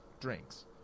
drinks